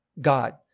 God